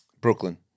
Brooklyn